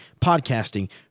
podcasting